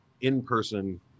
in-person